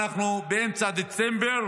ואנחנו באמצע דצמבר